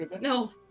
No